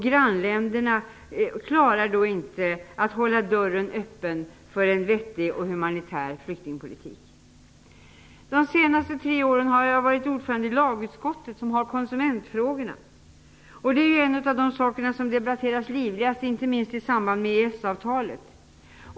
Grannländerna klarar då inte att hålla dörren öppen för en vettig och humanitär flyktingpolitik. De senaste tre åren har jag varit ordförande i lagutskottet, som har hand om konsumentfrågorna. Det är ju en av de saker som debatteras livligast, inte minst i samband med EES-avtalet.